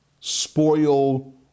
spoil